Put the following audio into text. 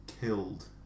killed